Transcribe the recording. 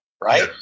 right